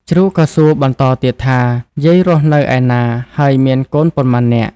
ជ្រូកក៏សួរបន្តទៀតថា យាយរស់នៅឯណា ហើយមានកូនប៉ុន្មាននាក់?